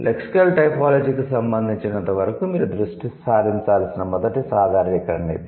lexical టైపోలాజీకి సంబంధించినంతవరకు మీరు దృష్టి సారించాల్సిన మొదటి సాధారణీకరణ ఇది